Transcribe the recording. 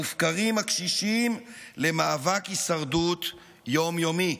מופקרים הקשישים למאבק הישרדות יום-יומי.